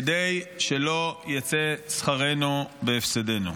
כדי שלא יצא שכרנו בהפסדנו.